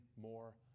more